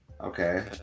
okay